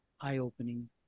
eye-opening